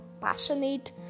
passionate